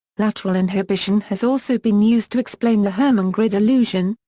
lateral inhibition has also been used to explain the hermann grid illusion,